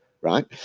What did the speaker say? Right